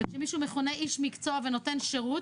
אם מישהו מכונה איש מקצוע ונותן שירות